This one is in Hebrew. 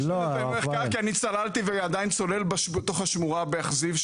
יש לי נתוני מחקר כי אני צללתי ועדיין צולל בתוך השמורה באכזיב,